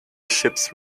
ships